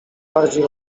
bardziej